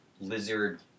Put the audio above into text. lizard